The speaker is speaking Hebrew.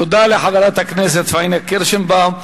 תודה לחברת הכנסת פאינה קירשנבאום.